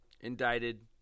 indicted